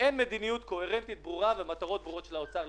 שאין מדיניות קוהרנטית ברורה ומטרות ברורות של האוצר,